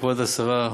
כבוד השרה,